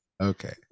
okay